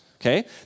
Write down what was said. okay